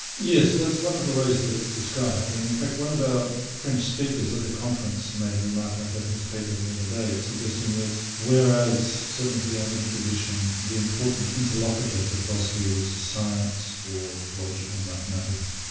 yes that's one of the ways that it's described and in fact one of our ah french speakers at the conference made a remark like that in his paper the other day suggesting that whereas certainly for the analytic tradition the important interlocuter for philosophy was science or logic and mathematics.